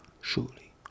surely